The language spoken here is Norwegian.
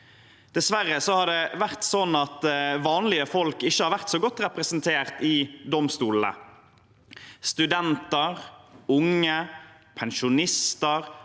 Dessverre har det vært sånn at vanlige folk ikke har vært så godt representert i domstolene. Studenter, unge, pensjonister